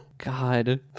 God